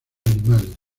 animales